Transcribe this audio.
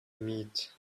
meat